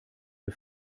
der